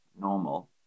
normal